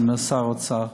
עם שר האוצר.